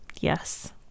Yes